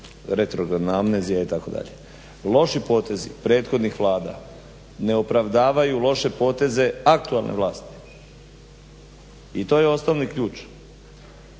retro amnezija itd. Loši potezi prethodnih Vlada ne opravdavaju loše poteze aktualne vlasti i to je osnovni ključ.